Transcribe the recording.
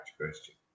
question